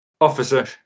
Officer